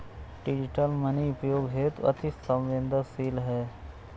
digital money उपयोग हेतु अति सवेंदनशील है